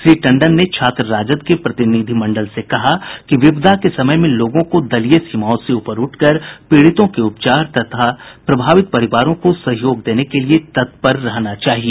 श्री टंडन ने छात्र राजद के प्रतिनिधिमंडल से कहा कि विपदा के समय में लोगों को दलीय सीमाओं से ऊपर उठकर पीड़ितों के उपचार तथा प्रभावित परिवारों को सहयोग देने के लिए तत्पर रहना चाहिए